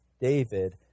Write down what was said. David